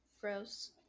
gross